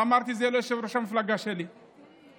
אמרתי את זה ליושב-ראש המפלגה שלי אז,